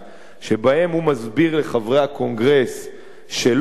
שבהן הוא מסביר לחברי הקונגרס שלא צריך